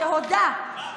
שהודה,